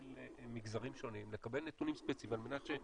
של מגזרים שונים לקבל נתונים ספציפיים על מנת שיוכלו לטפל.